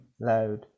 Loud